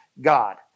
God